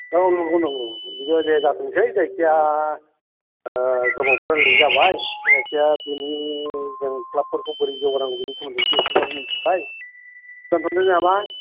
औ नंगौ नंगौ बिदिब्ला दे जाथोंसै जायखिया गोबावबो रायज्लायनाय जाबाय जायखिजाया बिनि जों क्लाबफोरखौ बोरै जौगानांगौ बिनि सोमोन्दै एसेब्लाबो मिथिबाय दोन्थ'नोसै नामा